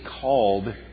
called